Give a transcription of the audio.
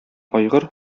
айгыр